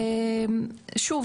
שוב,